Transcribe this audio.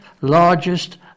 largest